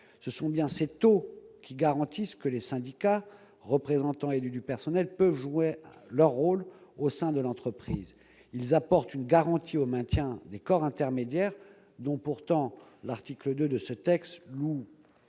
Ce sont bien ces seuils qui garantissent que les syndicats représentants et élus du personnel peuvent jouer leur rôle au sein de l'entreprise. Ils apportent une garantie au maintien des corps intermédiaires dont, pourtant, l'article 2 du présent texte loue